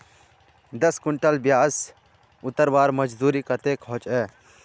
दस कुंटल प्याज उतरवार मजदूरी कतेक होचए?